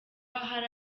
hari